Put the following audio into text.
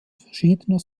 verschiedener